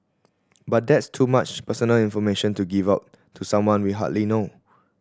but that's too much personal information to give out to someone we hardly know